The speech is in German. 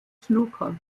snooker